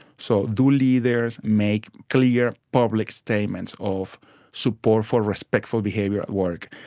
so do leaders make clear public statements of support for respectful behaviour at work?